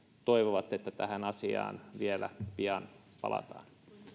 toivovat että tähän asiaan vielä pian palataan